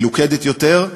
מלוכדת יותר,